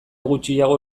gutxiago